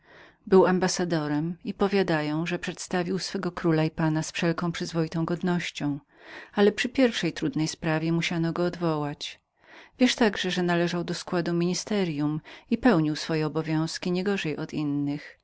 był ambassadorem i powiadają że przedstawiał króla swego i pana z wszelką przyzwoitą godnością ale za pierwszą trudną sprawą musiano go odwołać wiesz także że należał do składu ministerium i pełnił swoje obowiązki nie gorzej od innego